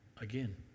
Again